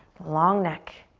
long neck.